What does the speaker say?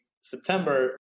September